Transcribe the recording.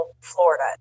Florida